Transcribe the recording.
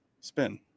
spin